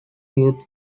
youth